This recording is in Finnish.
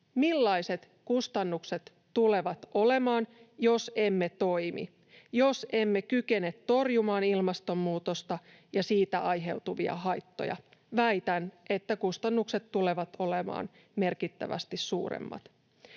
millaiset kustannukset tulevat olemaan, jos emme toimi ja jos emme kykene torjumaan ilmastonmuutosta ja siitä aiheutuvia haittoja. Väitän, että kustannukset tulevat olemaan merkittävästi suuremmat.